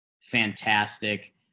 Fantastic